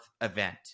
event